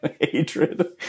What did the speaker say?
hatred